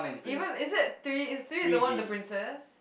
even is it three is three the one with the princess